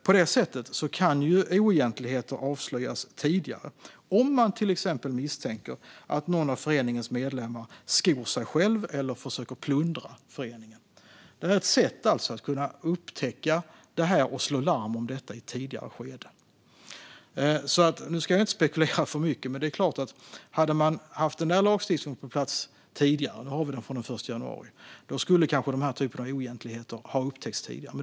På detta sätt kan oegentligheter avslöjas tidigare om man till exempel misstänker att någon av föreningens medlemmar skor sig själv eller försöker att plundra föreningen. Detta är alltså ett sätt att upptäcka det här och slå larm om det i ett tidigare skede. Nu ska jag inte spekulera för mycket, men om denna lagstiftning hade funnits på plats tidigare - nu har vi den sedan den 1 januari - skulle denna typ av oegentligheter kanske ha upptäckts tidigare.